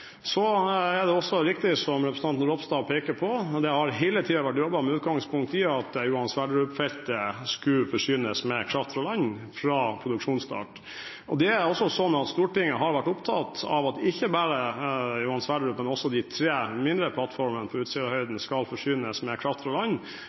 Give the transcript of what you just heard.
Det er også riktig, det som representanten Ropstad peker på: Det har hele tiden vært jobbet med utgangspunkt i at Johan Sverdrup-feltet skulle forsynes med kraft fra land fra produksjonsstart. Det er også sånn at Stortinget har vært opptatt av at ikke bare Johan Sverdrup, men også de tre mindre plattformene på Utsirahøyden, skal forsynes med kraft fra land